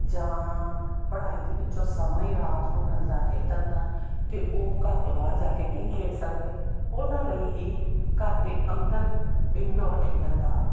ਜਾਂ ਪੜ੍ਹਾਈ ਦੇ ਵਿੱਚੋਂ ਸਮਾਂ ਹੀ ਰਾਤ ਨੂੰ ਮਿਲਦਾ ਖੇਡਣ ਦਾ ਅਤੇ ਉਹ ਘਰ ਤੋਂ ਬਾਹਰ ਜਾ ਕੇ ਨਹੀਂ ਖੇਡ ਸਕਦੇ ਉਹਨਾਂ ਲਈ ਹੀ ਘਰ ਦੇ ਅੰਦਰ ਇਨਡੋਰ ਖੇਡਾਂ ਦਾ